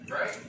right